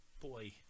boy